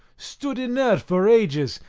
stood inert for ages,